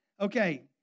Okay